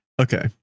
okay